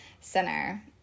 center